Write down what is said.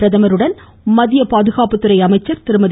பிரதமருடன் மத்திய பாதுகாப்பு துறை அமைச்சர் திருமதி